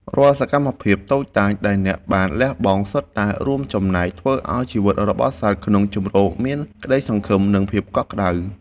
រាល់សកម្មភាពតូចតាចដែលអ្នកបានលះបង់ សុទ្ធតែរួមចំណែកធ្វើឱ្យជីវិតរបស់សត្វក្នុងជម្រកមានក្ដីសង្ឃឹម និងភាពកក់ក្ដៅ។